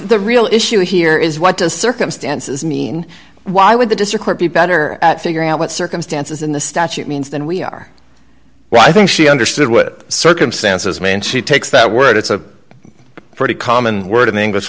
the real issue here is what does circumstances mean why would the district court be better at figuring out what circumstances in the statute means than we are well i think she understood what circumstances man she takes that word it's a pretty common word in english